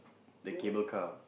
the cable car